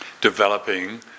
developing